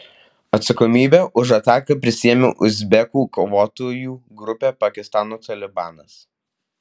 atsakomybę už ataką prisiėmė uzbekų kovotojų grupė pakistano talibanas